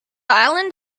island